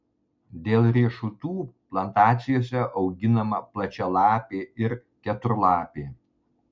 dėl riešutų plantacijose auginama plačialapė ir keturlapė